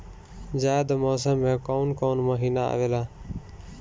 जायद मौसम में काउन काउन महीना आवेला?